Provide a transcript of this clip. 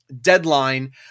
deadline